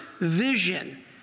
vision